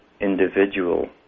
individual